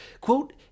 quote